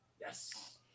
Yes